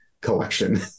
collection